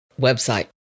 website